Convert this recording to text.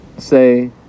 say